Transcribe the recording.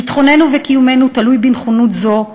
ביטחוננו וקיומנו תלויים בנכונות הזאת,